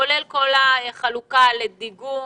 כולל כל החלוקה לדיגום,